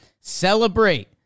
celebrate